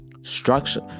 Structure